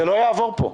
זה לא יעבור פה.